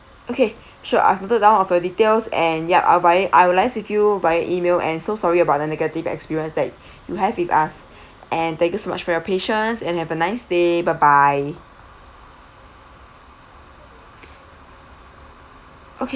okay sure I've noted down of your details and yup I will I will liaise with you via email and so sorry about the negative experience that you have with us and thank you so much for your patience and have a nice day bye bye okay